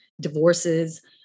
divorces